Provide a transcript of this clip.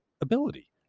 ability